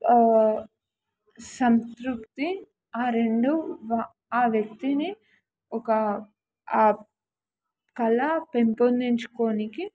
సంతృప్తి ఆ రెండు ఆ వ్యక్తిని ఒక కళ పెంపొందించుకోనికి